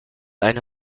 eine